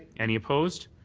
any opposed.